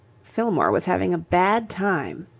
fillmore was having a bad time.